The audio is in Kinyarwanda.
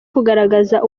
kugaragaza